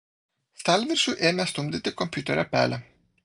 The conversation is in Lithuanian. stalviršiu ėmė stumdyti kompiuterio pelę